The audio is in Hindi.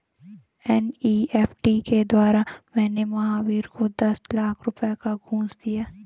एन.ई.एफ़.टी के द्वारा मैंने महावीर को दस लाख रुपए का घूंस दिया